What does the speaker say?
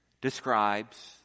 describes